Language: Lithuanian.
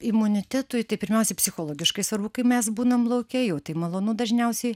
imunitetui tai pirmiausia psichologiškai svarbu kai mes būnam lauke jau tai malonu dažniausiai